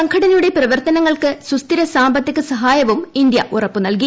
സംഘടനയുടെ പ്രവർത്തനങ്ങൾക്ക് സുസ്ഥിര സാമ്പത്തിക സ്ഥായവും ഇന്ത്യ ഉറപ്പു നൽകി